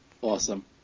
Awesome